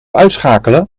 uitschakelen